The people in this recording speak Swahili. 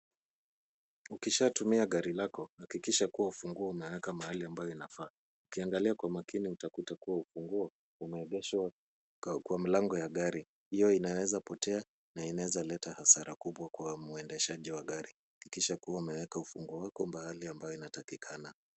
Ukishatumia gari lako hakikisha kuwa ufunguo unaweka mahali ambayo inafaa. Ukiangalia kwa makini utakuta kuwa ufunguo umeegeshwa kwa mlango ya gari. Hiyo inaeza potea na inaeza leta hasara kubwa kwa muendeshaji wa gari. Hakikisha kuwa umeweka ufunguo wako mbali ambayo inatakikana.